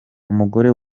umugore